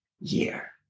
year